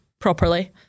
properly